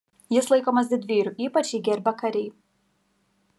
jis laikomas didvyriu ypač jį gerbia kariai